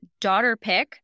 DaughterPick